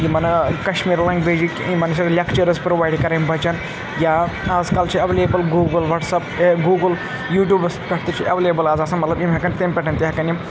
یِمَن کَشمیٖر لینٛگویجٕکۍ یِمَن چھِ لیٚکچٲرٕس پرٛووایِڈ کَرٕنۍ بَچَن یا آزکَل چھِ اٮ۪ویلیبٕل گوٗگٕل وَٹسَپ گوٗگٕل یوٗٹوٗبَس پٮ۪ٹھ تہِ چھِ ایویلیبٕل آز آسان مطلب یِم ہٮ۪کَن تَمہِ پٮ۪ٹھ تہِ ہٮ۪کَن یِم